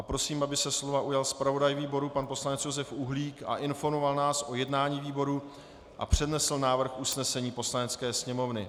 Prosím, aby se slova ujal zpravodaj výboru pan poslanec Josef Uhlík a informoval nás o jednání výboru a přednesl návrh usnesení Poslanecké sněmovny.